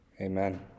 Amen